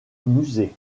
musées